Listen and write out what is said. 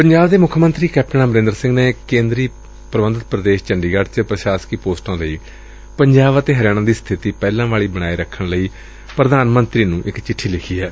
ਪੰਜਾਬ ਦੇ ਮੁੱਖ ਮੰਤਰੀ ਕੈਪਟਨ ਅਮਰੰਦਰ ਸਿੰਘ ਨੇ ਕੇਂਦਰੀ ਪ੍ਰਦੇਸ਼ ਚੰਡੀਗੜ੍ ਚ ਪ੍ਰਸ਼ਾਸਕੀ ਪੋਸਟਾਂ ਲਈ ਪੰਜਾਬ ਅਤੇ ਹਰਿਆਣਾ ਦੀ ਸਬਿਤੀ ਪਹਿਲਾਂ ਵਾਲੀ ਬਣਾਏ ਰੱਖਣ ਲਈ ਪ੍ਰਧਾਨ ਮੌਤਰੀ ਨੂੰ ਚਿੱਠੀ ਲਿਖੀ ਏ